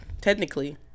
technically